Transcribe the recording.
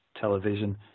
television